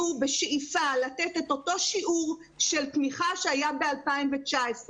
אנחנו בשאיפה לתת את אותו שיעור של תמיכה שהיה ב-2019.